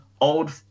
old